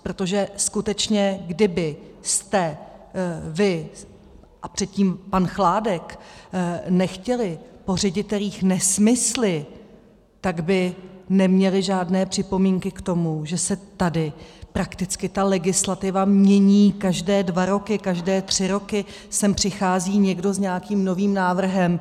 Protože skutečně kdybyste vy a předtím pan Chládek nechtěli po ředitelích nesmysly, tak by neměli žádné připomínky k tomu, že se tady prakticky ta legislativa mění každé dva roky, každé tři roky sem přichází někdo s nějakým novým návrhem.